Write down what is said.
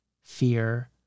fear